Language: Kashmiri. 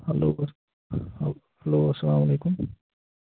ہیٚلو ہیٚلو اَسلام علیکُم